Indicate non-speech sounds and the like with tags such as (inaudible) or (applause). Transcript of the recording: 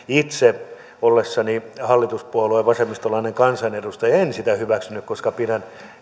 (unintelligible) itse ollessani hallituspuolueen vasemmistolainen kansanedustaja en hyväksynyt koska pidän